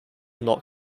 not